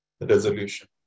resolution